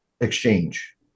exchange